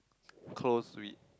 close with